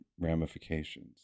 ramifications